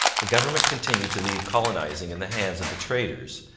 the government continued to leave colonizing in the hands of the traders,